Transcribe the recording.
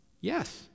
Yes